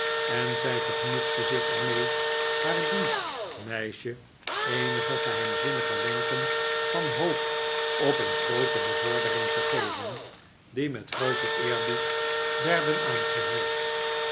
en zij vergenoegde zich er mee haar dienstmeisje eenige geheimzinnige wenken van hoop op een groote bevordering te geven die met grooten eerbied werden aangehoord